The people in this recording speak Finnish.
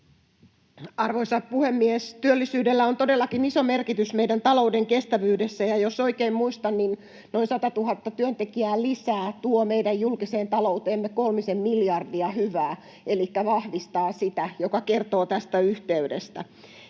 Arvoisa puhemies! Työllisyydellä on todellakin iso merkitys meidän talouden kestävyydessä, ja jos oikein muistan, niin noin 100 000 työntekijää lisää tuo meidän julkiseen talouteemme kolmisen miljardia hyvää, elikkä vahvistaa sitä, joka kertoo tästä yhteydestä.